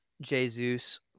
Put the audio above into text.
Jesus